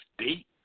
state